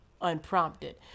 unprompted